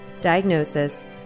diagnosis